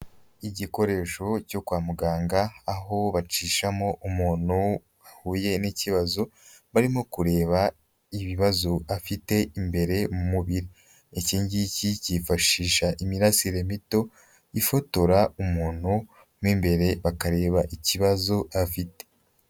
Igikoresho cyo kwa muganga, aho bacishamo umuntu wahuye n'ikibazo barimo kureba ibibazo afite imbere mu mubiri, iki ngiki cyifashisha imirasire mito ifotora umuntu, mo imbere bakareba ikibazo afite.